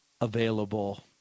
available